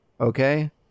Okay